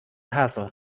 hassle